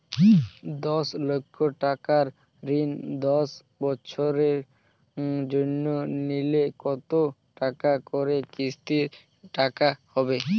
দশ লক্ষ টাকার ঋণ দশ বছরের জন্য নিলে কতো টাকা করে কিস্তির টাকা হবে?